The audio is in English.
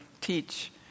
teach